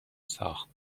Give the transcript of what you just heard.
ساخت